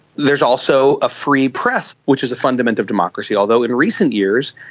there's also a free press which is a fundament of democracy, although in recent years,